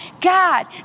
God